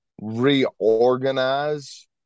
reorganize